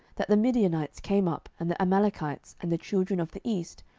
that the midianites came up, and the amalekites, and the children of the east,